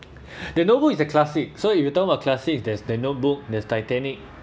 the novel is a classic so if you talk about classics there's the notebook there's titanic